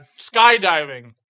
Skydiving